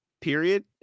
Period